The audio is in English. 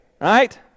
right